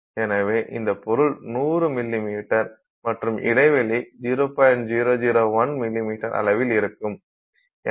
எனவே இந்த பொருள் 100 மிமீ மற்றும் இடைவெளி 0